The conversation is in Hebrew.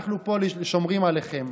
אנחנו פה שומרים עליכם.